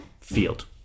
field